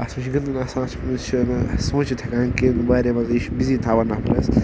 اَتھ منٛز چھِ گِنٛدُن آسان یہِ چھُنہٕ سوٗنٛچِتھ ہٮ۪کان کینٛہہ واریاہ مان ژٕ یہِ چھِ بِزی تھاوان نفرَس